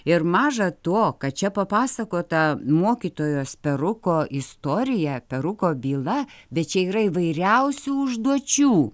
ir maža to kad čia papasakota mokytojos peruko istorija peruko byla bet čia yra įvairiausių užduočių